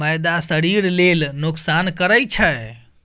मैदा शरीर लेल नोकसान करइ छै